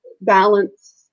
balance